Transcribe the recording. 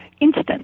instance